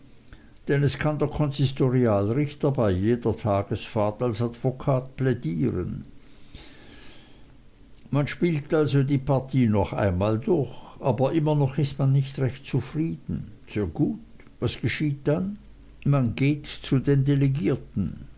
denn es kann der konsistorialrichter bei jeder tagfahrt als advokat plädieren man spielt also die partie noch einmal durch aber immer noch ist man nicht recht zufrieden sehr gut was geschieht dann man geht zu den delegierten